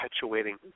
perpetuating